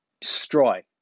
destroy